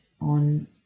on